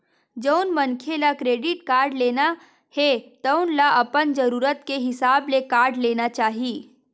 जउन मनखे ल क्रेडिट कारड लेना हे तउन ल अपन जरूरत के हिसाब ले कारड लेना चाही